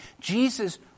Jesus